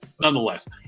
nonetheless